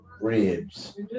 ribs